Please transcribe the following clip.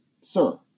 sir